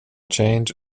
change